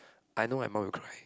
I know my mum will cry